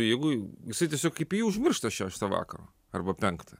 jeigu jisai tiesiog kaip jį užmiršta šeštą vakaro arba penktą